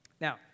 Now